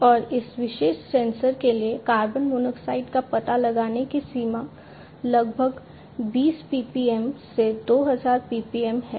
और इस विशेष सेंसर के लिए कार्बन मोनोऑक्साइड का पता लगाने की सीमा लगभग 20 पीपीएम से 2000 पीपीएम है